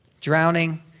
Drowning